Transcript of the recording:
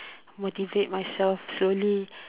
motivate myself slowly